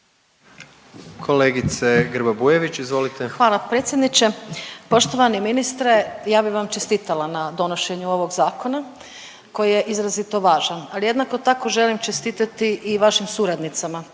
Hvala predsjedniče. Poštovani ministre, ja bi vam čestitala na donošenju ovog zakona koji je izrazito važan, ali jednako tako želim čestitati i vašim suradnicama